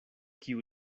kiu